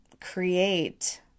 create